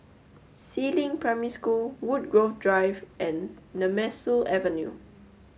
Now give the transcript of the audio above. Si Ling Primary School Woodgrove Drive and Nemesu Avenue